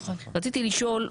רציתי לשאול,